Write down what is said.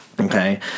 Okay